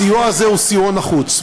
הסיוע הזה הוא סיוע נחוץ.